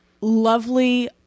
lovely